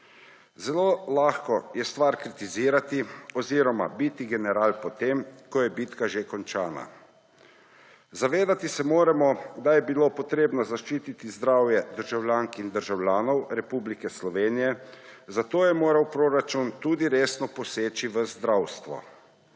Zelo lahko je stvar kritizirati oziroma biti general po tem, ko je bitka že končana. Zavedati se moramo, da je bilo treba zaščititi zdravje državljank in državljanov Republike Slovenije, zato je moral proračun tudi resno poseči v zdravstvo.